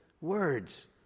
words